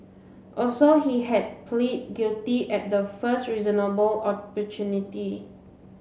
also he had pleaded guilty at the first reasonable opportunity